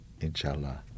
Inshallah